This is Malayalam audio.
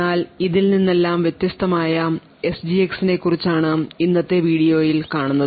എന്നാൽ ഇതിൽ നിന്നെല്ലാം വ്യത്യസ്തമായ എസ്ജിഎക്സിനെക്കുറിച്ചാണ് ഇന്നത്തെ വീഡിയോയിൽ കാണുന്നത്